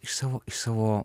iš savo iš savo